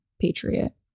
Patriot